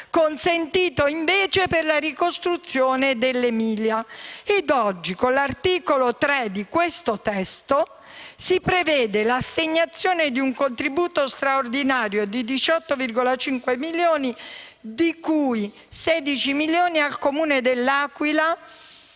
consentito invece per la ricostruzione dell'Emilia. E oggi, con l'articolo 3 di questo testo, si prevede l'assegnazione di un contributo straordinario di 18,5 milioni, di cui 16 milioni al Comune di L'Aquila.